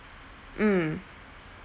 mm